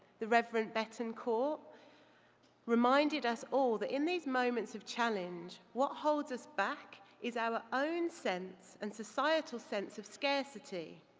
the reverend betancourt reminded us all that in these moments of challenge, what holds us back is our own sense and societal sense of scarcity.